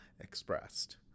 expressed